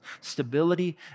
stability